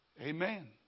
Amen